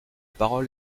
parole